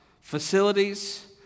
facilities